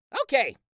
Okay